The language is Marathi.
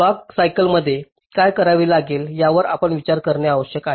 क्लॉक सायकलमध्ये काय करावे लागेल यावर आपण विचार करणे आवश्यक आहे